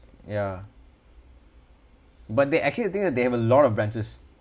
ya but they actually I think that they have a lot of branches